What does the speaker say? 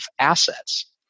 assets